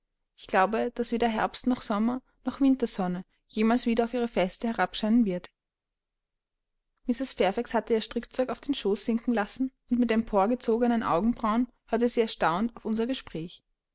ich glaube daß weder herbst noch sommer noch wintersonne jemals wieder auf ihre feste herabscheinen wird mrs fairfax hatte ihr strickzeug auf den schoß sinken lassen und mit emporgezogenen augenbrauen hörte sie erstaunt auf unser gespräch